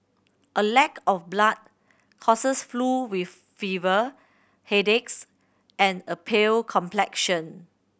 a lack of blood causes flu with fever headaches and a pale complexion